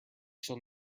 shall